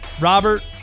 Robert